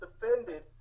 defended